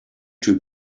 two